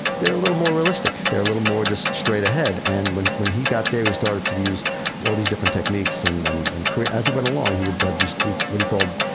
they're a little more realistic. they're a little more just straight ahead and then when he got there he started to use all these different techniques and and and create as you went along, he would have these what he called,